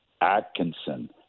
Atkinson